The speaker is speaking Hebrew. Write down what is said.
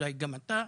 אולי גם אתה,